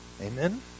amen